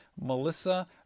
Melissa